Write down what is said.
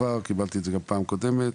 קיבלתי את זה גם בפעם קודמת